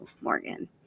Morgan